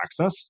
accessed